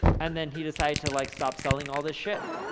and then he decided to like, stop selling all this shit.